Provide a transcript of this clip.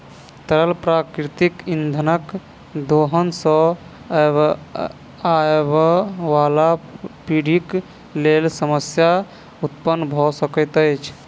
तरल प्राकृतिक इंधनक दोहन सॅ आबयबाला पीढ़ीक लेल समस्या उत्पन्न भ सकैत अछि